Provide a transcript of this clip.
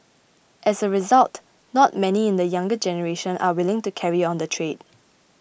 as a result not many in the younger generation are willing to carry on the trade